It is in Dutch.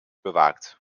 bewaakt